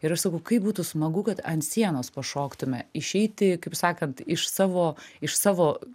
ir aš sakau kaip būtų smagu kad ant sienos pašoktume išeiti kaip sakant iš savo iš savo